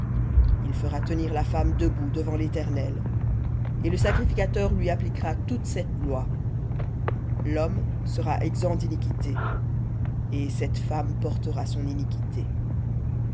il fera tenir la femme debout devant l'éternel et le sacrificateur lui appliquera toute cette loi lhomme sera exempt d'iniquité et cette femme portera son iniquité